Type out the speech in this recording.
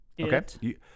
Okay